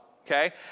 okay